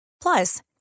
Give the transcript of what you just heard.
Plus